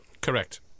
Correct